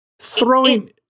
Throwing